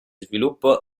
sviluppo